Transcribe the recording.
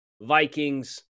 Vikings